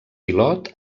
pilot